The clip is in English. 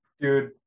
Dude